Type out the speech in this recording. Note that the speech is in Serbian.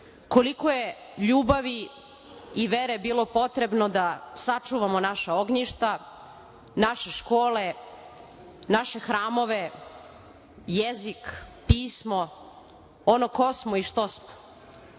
koliko je ljubavi i vere bilo potrebno da sačuvamo naša ognjišta, naše škole, nape hramove, jezik, pismo, ono ko smo i što smo. Da